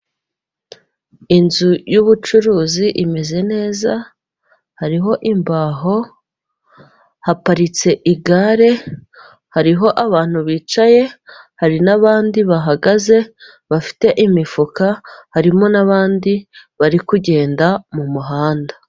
Inzu yubucuruzi imeze neza hariho imbaho haparitse igare hariho abantu bicaye hari nabandi bahagaze bafite imifuka harimo nabandi bari kugenda mumuhanda.